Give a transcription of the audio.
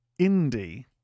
indie